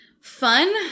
Fun